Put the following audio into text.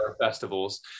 festivals